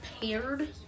paired